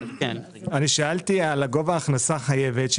אני שאלתי על גובה ההכנסה החייבת.